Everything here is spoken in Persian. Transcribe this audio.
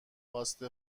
خواست